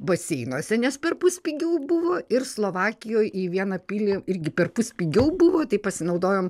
baseinuose nes perpus pigiau buvo ir slovakijoj į vieną pilį irgi perpus pigiau buvo tai pasinaudojom